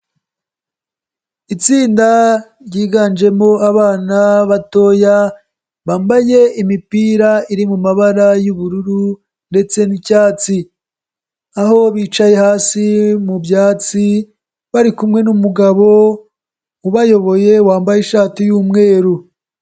Itsinda ryiganjemo abana batoya bambaye imipira iri mu mabara y'ubururu ndetse n'icyatsi, aho bicaye hasi mu byatsi bari kumwe n'umugabo ubayoboye wambaye ishati y'umweru.